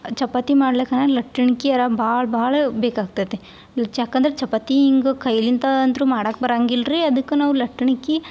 ಚಪಾತಿ ಮಾಡ್ಲಿಕನ ಲಟ್ಟಣ್ಗಿಯರ ಭಾಳ ಭಾಳ ಬೇಕಾಗ್ತೈತೆ ಯಾಕಂದ್ರೆ ಚಪಾತಿ ಹಿಂಗ ಕೈಯಲ್ಲಿಂದ ಅಂತೂ ಮಾಡಕ್ಕೆ ಬರಂಗಿಲ್ಲ ರೀ ಅದಕ್ಕೆ ನಾವು ಲಟ್ಟಣ್ಗಿ